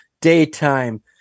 daytime